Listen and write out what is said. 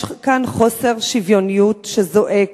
יש כאן חוסר שוויוניות שזועק,